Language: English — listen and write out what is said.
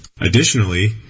Additionally